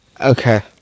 Okay